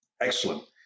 Excellent